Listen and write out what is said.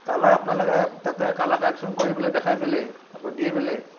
colour আপোনালোকে তাতে colour correction কৰি পেলাই দেখাই বেলেগ আকৌ দিয়ে বেলেগ